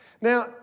Now